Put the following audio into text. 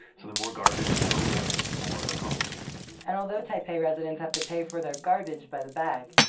so the more garbage you throw away, the more it'll cost you and although taipei residents have to pay for their garbage by the bag,